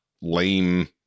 lame